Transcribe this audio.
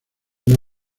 una